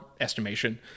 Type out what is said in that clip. estimation